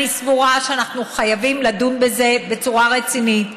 אני סבורה שאנחנו חייבים לדון בזה בצורה רצינית,